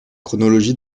chronologie